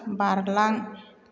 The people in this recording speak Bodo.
बारलां